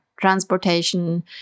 transportation